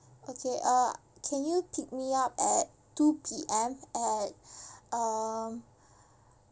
okay uh can you pick me up two P_M at um